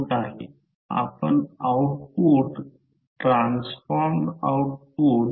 त्यामुळे ते आता √2 π f N ∅max असेल